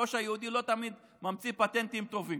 הראש היהודי לא תמיד ממציא פטנטים טובים.